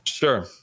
sure